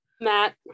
Matt